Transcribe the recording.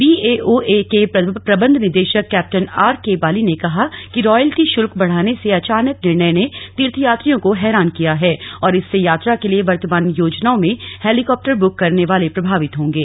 BAOA के प्रबंध निदेशक कैप्टेन आर के बाली ने कहा कि रायल्टी शुल्क बढ़ाने के अचानक निर्णय ने तीर्थयात्रियों को हैरान किया है और इससे यात्रा के लिए वर्तमान योजनाओं में हेलीकाप्टर बुक ं करने वाले प्रभावित होंगे